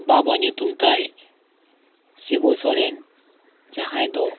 ᱵᱟᱵᱟ ᱧᱩᱛᱩᱢ ᱛᱟᱭ ᱥᱤᱵᱩ ᱥᱚᱨᱮᱱ ᱡᱟᱦᱟᱸᱭ ᱫᱚ